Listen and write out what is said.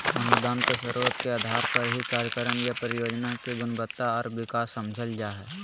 अनुदान के स्रोत के आधार पर ही कार्यक्रम या परियोजना के गुणवत्ता आर विकास समझल जा हय